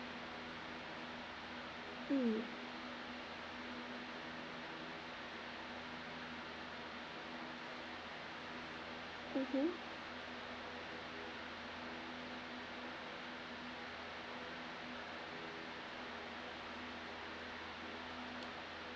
mm mmhmm